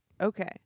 Okay